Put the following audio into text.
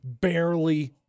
barely